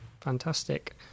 Fantastic